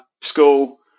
school